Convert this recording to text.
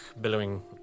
billowing